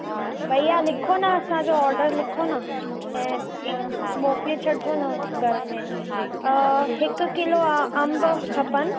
हा भैया लिखो न असांजो ऑर्डर लिखो न ऐं मोकिले छॾिजो जो न घर में हिक किलो आ अंब खपनि